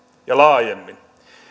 ja laajemmin